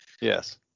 yes